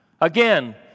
Again